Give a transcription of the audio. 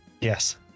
Yes